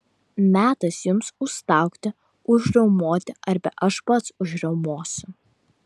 metas jums užstaugti užriaumoti arba aš pats užriaumosiu